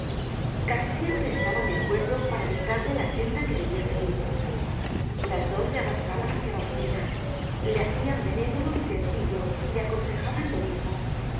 casi siempre estaban de acuerdo para dictarle la senda que debia seguir las dos le arrastraban hácia la oscuridad le hacian benévolo y sencillo le aconsejaban lo mismo